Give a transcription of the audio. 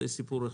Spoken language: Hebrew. זה סיפור אחד,